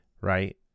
right